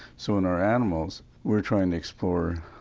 so in our animals we are trying to explore,